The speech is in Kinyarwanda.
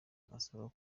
asaba